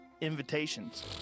invitations